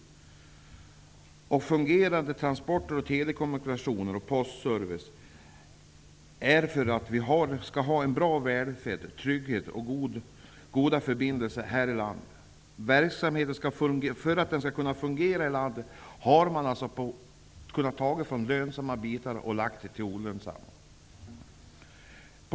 Vi måste ha fungerade transporter, telekommunikationer och postservice för att få en bra välfärd, trygghet och goda förbindelser här i landet. För att verksamheten skall kunna fungera i landet har man kunnat ta från lönsamma bitar och lagt på olönsamma.